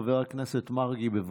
חבר הכנסת מרגי, בבקשה.